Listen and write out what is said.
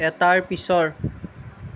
এটাৰ পিছৰ